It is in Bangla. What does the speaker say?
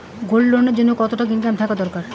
গোল্ড লোন এর জইন্যে কতো টাকা ইনকাম থাকা দরকার?